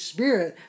Spirit